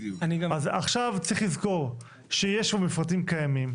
אז עכשיו צריך לזכור שיש כבר מפרטים קיימים.